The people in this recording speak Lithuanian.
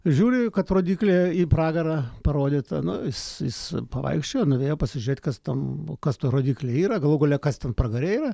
žiūri kad rodyklė į pragarą parodyta nu jis jis pavaikščiojo nuvėjo pasižiūrėt kas tam kas ta rodyklė yra galų gale kas tam pragare yra